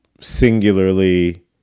singularly